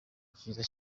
byiza